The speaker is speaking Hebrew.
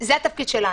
זה התפקיד שלנו.